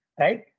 Right